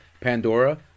Pandora